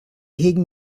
hegen